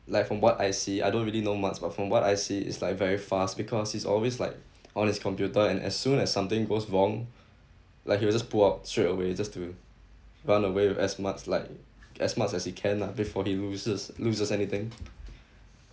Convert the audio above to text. like from what I see I don't really know much but from what I see it's like very fast because he's always like on his computer and as soon as something goes wrong like he will just pull out straight away just to run away with as much like as much as he can lah before he loses loses anything